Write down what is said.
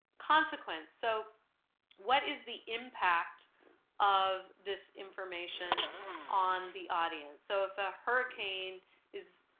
consequence. so what is the impact of this information on the audience? so if a hurricanes is